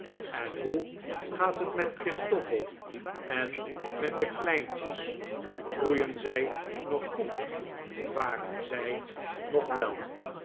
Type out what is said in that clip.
en hoe gaat het met christoffel en met de kleintjes groeien zij nog goed varen zij nog wel